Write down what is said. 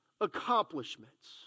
accomplishments